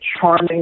charming